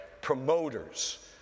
promoters